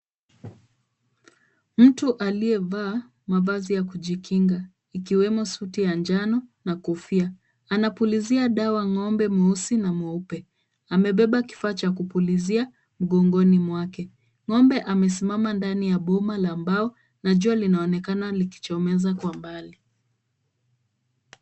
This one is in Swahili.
Mtu aliyevaa mavazi ya kujikinga ikiwemo suti ya njano na kofia. Anapulizia dawa ng'ombe mweusi na mweupe. Amebeba kifaa cha kupulizia mgongoni mwake. Ng'ombe amesimama ndani ya boma la mbao na jua linaonekana likichomoza kwa mbali.